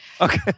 Okay